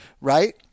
right